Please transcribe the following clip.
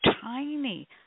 tiny